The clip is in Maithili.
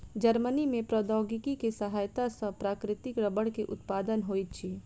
जर्मनी में प्रौद्योगिकी के सहायता सॅ प्राकृतिक रबड़ के उत्पादन होइत अछि